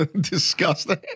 disgusting